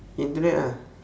internet ah